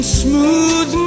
smooth